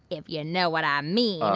if you know what i mean.